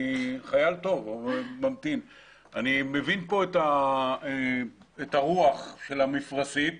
אני מבין את רוח המפרשית